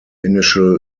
initial